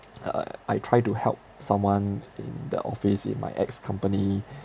uh I try to help someone in the office in my ex company